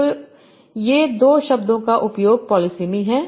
तो तो ये दो शब्दों का उपयोग पॉलिसिमि हैं